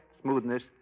smoothness